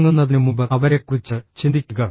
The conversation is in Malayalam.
ഉറങ്ങുന്നതിനുമുമ്പ് അവരെക്കുറിച്ച് ചിന്തിക്കുക